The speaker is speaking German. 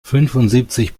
fünfundsiebzig